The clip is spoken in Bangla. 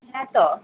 হ্যাঁ তো